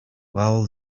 well